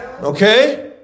Okay